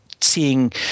seeing